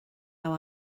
how